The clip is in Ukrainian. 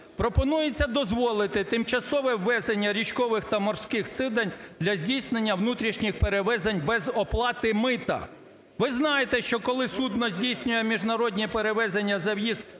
Пропонується дозволити тимчасове ввезення річкових та морських суден для здійснення внутрішніх перевезень без оплати мита. Ви знаєте, що коли судно здійснює міжнародні перевезення, за в'їзд